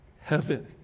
heaven